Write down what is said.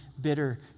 bitter